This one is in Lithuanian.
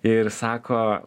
ir sako